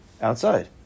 Outside